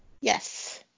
Yes